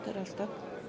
Teraz, tak?